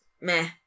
meh